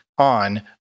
On